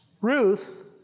Ruth